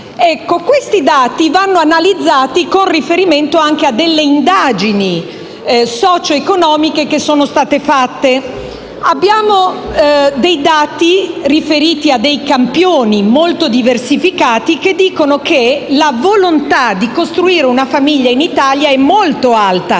Questi dati vanno analizzati con riferimento anche a delle indagini socio-economiche che sono state fatte. Abbiamo dei dati, riferiti a campioni molto diversificati, che dicono che la volontà di costruire una famiglia in Italia è molto alta: